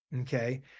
Okay